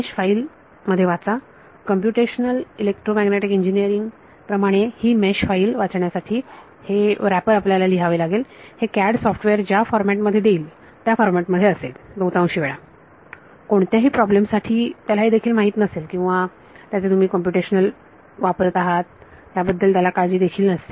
mesh file मध्ये वाचा computational EM engineering प्रमाणे ही मेश फाईल वाचण्यासाठी हे आवरण आपल्याला लिहावे लागेल हे CAD सॉफ्टवेअर ज्या फॉरमॅट मध्ये देईल त्या फॉरमॅट मध्ये असेल बहुतांशी वेळा कोणत्याही प्रॉब्लेम साठी त्याला हे देखील माहीत नसेल किंवा त्याचे तुम्ही कम्प्युटेशनल वापरत आहात याबद्दल काळजी देखील नसेल